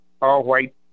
all-white